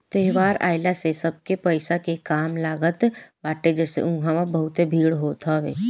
त्यौहार आइला से सबके पईसा के काम लागत बाटे जेसे उहा बहुते भीड़ होत हवे